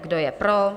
Kdo je pro?